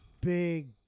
big